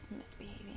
misbehaving